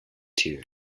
too